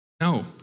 No